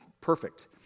Perfect